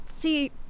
See